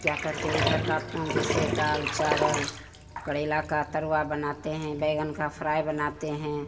क्या कहते हैं इधर का अपना जैसे दाल चावल करैला का तरुआ बनाते हैं बैगन का फ्राइ बनाते हैं